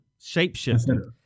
Shapeshifter